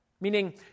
meaning